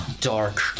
dark